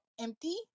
empty